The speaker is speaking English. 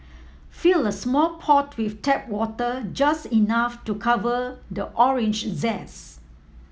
fill a small pot with tap water just enough to cover the orange zest